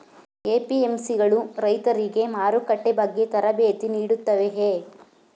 APMC ಗಳು ರೈತರಿಗೆ ಮಾರುಕಟ್ಟೆ ಬಗ್ಗೆ ತರಬೇತಿ ನೀಡುತ್ತವೆಯೇ?